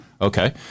Okay